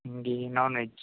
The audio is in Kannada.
ನಮ್ಗೆ ನಾನ್ವೆಜ್